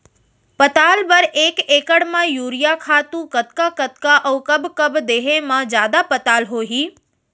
पताल बर एक एकड़ म यूरिया खातू कतका कतका अऊ कब कब देहे म जादा पताल होही?